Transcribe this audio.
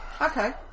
okay